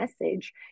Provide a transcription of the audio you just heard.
message